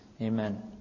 amen